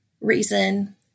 reason